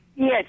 Yes